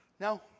No